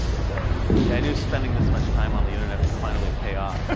so yeah i knew spending this much time on the internet would finally pay off.